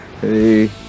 Hey